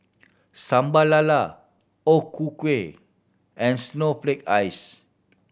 Sambal Lala O Ku Kueh and snowflake ice